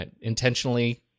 intentionally